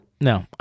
No